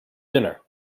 dinner